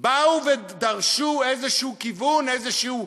באו ודרשו כיוון כלשהו,